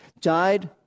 died